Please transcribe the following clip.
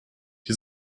die